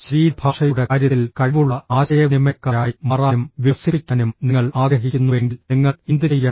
ശരീരഭാഷയുടെ കാര്യത്തിൽ കഴിവുള്ള ആശയവിനിമയക്കാരായി മാറാനും വികസിപ്പിക്കാനും നിങ്ങൾ ആഗ്രഹിക്കുന്നുവെങ്കിൽ നിങ്ങൾ എന്തുചെയ്യണം